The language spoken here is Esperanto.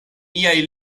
niaj